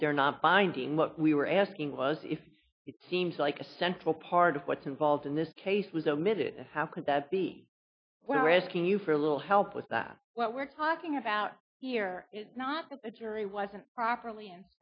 that they're not binding what we were asking was if it seems like a central part of what's involved in this case was omitted and how could that be where asking you for a little help with that what we're talking about here is not that the jury wasn't properly